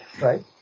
Right